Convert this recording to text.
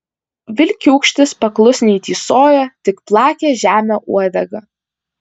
vilkiūkštis paklusniai tysojo tik plakė žemę uodegą